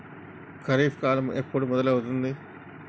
ఖరీఫ్ కాలం ఎప్పుడు మొదలవుతుంది?